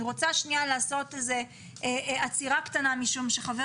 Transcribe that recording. אני רוצה שנייה לעשות איזה עצירה קטנה משום שחבר